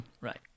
Right